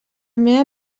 meva